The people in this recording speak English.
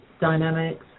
dynamics